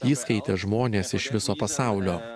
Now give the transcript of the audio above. jį skaitė žmonės iš viso pasaulio